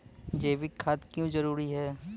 जैविक खाद क्यो जरूरी हैं?